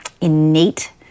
innate